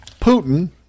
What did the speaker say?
Putin